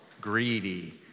greedy